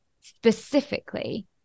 specifically